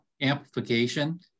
amplification